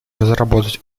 разработать